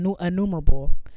Innumerable